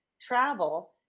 travel